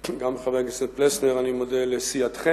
גם חבר הכנסת פלסנר, אני מודה לסיעתכם